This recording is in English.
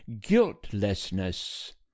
guiltlessness